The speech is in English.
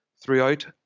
throughout